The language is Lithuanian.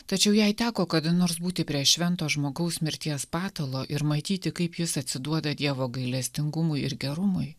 tačiau jei teko kada nors būti prie švento žmogaus mirties patalo ir matyti kaip jis atsiduoda dievo gailestingumui ir gerumui